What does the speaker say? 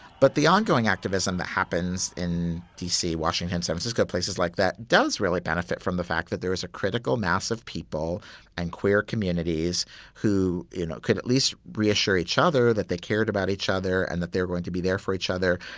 but the ongoing activism that happens in d c, washington's amundsen-scott, places like that does really benefit from the fact that there is a critical mass of people and queer communities who, you know, could at least reassure each other that they cared about each other and that they're going to be there for each other.